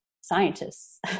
scientists